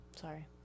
Sorry